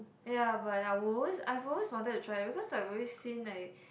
ya but I always I always wanted to try because I've already seen like